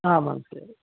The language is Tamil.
ஆமாங்க சார்